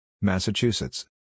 Massachusetts